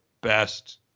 best